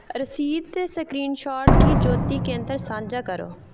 रसीद दे स्क्रीनशाट गी ज्योती केन्तर सांझा करो